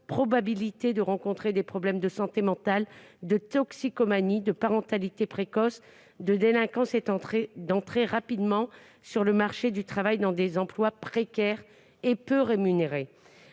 probabilités de rencontrer des problèmes de santé mentale, de toxicomanie, de parentalité précoce, de délinquance ; ils risquent aussi d'entrer rapidement sur le marché du travail dans des emplois précaires et peu rémunérés.